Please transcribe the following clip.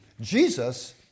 Jesus